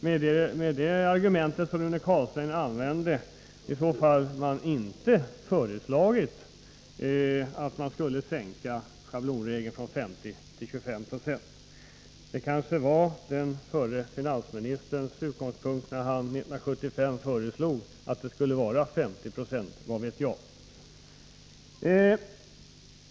Med det argument som Rune Carlstein använde borde man i så fall inte ha föreslagit en sänkning av schablonvärdet från 50 till 25 90. — Det var kanske den förre finansministerns utgångspunkt när han 1975 föreslog 50 96. Vad vet jag?